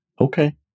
okay